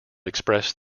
expressed